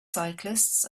cyclists